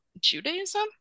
Judaism